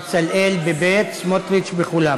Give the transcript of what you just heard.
בצלאל בבי"ת, סמוטריץ בחולם.